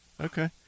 Okay